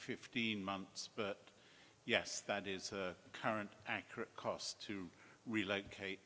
fifteen months but yes that is the current accurate cost to relocate